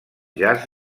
jaç